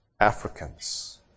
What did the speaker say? Africans